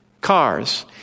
cars